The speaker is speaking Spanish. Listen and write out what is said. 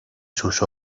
sus